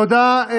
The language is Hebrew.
תודה,